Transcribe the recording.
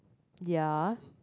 ya